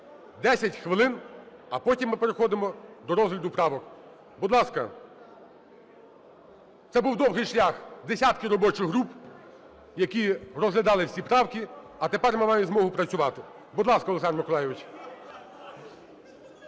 - 10 хвилин, а потім ми переходимо до розгляду правок. Будь ласка. Це був довгий шлях, десятки робочих груп, які розглядали всі правки, а тепер ми маємо змогу працювати. Будь ласка, Олександре Миколайовичу.